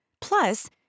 Plus